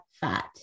fat